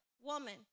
Woman